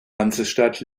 hansestadt